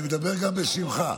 אני מדבר גם בשמך.